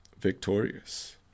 victorious